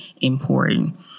important